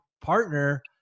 partner